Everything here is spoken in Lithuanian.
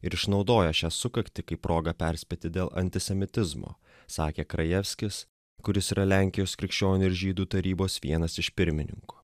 ir išnaudoja šią sukaktį kaip progą perspėti dėl antisemitizmo sakė krajevskis kuris yra lenkijos krikščionių ir žydų tarybos vienas iš pirmininkų